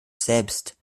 selbst